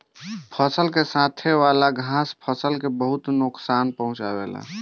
फसल के साथे वाली घास फसल के बहुत नोकसान पहुंचावे ले